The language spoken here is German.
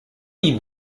die